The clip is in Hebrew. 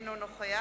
אינו נוכח